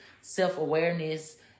self-awareness